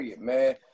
man